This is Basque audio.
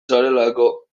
zarelako